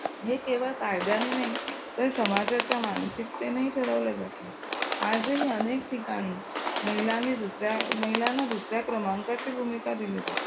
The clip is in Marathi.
हे केवळ कायद्याने नाही तर समाजाच्या मानसिकतेनेही ठरवलं जातं आजही अनेक ठिकाणी महिलांनी दुसऱ्या महिलांना दुसऱ्या क्रमांकाची भूमिका दिली जाते